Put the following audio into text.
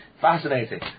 Fascinating